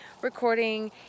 recording